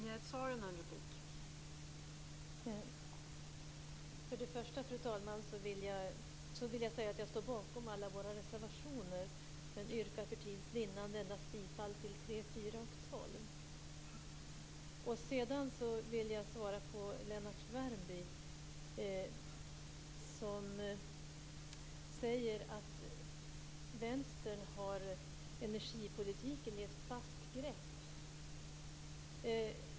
Fru talman! För det första vill jag säga att jag står bakom alla våra reservationer. Men jag yrkar för tids vinnande endast bifall till reservationerna 3, 4 och 12. Sedan vill jag svara Lennart Värmby. Han säger att vänstern har energipolitiken i ett fast grepp.